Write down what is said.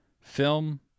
film